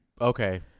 okay